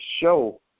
show